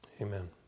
Amen